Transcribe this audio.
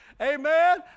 Amen